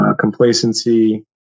complacency